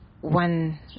one